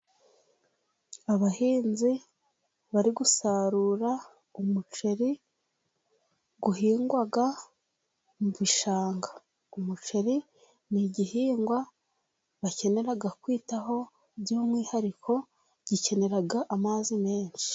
Abahinzi bari gusarura umuceri uhingwa mu bishanga. Umuceri ni igihingwa bakenera kwitaho by'umwihariko gikenera amazi menshi.